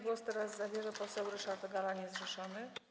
Głos teraz zabierze poseł Ryszard Galla, niezrzeszony.